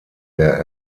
der